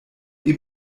ihr